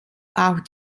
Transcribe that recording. auch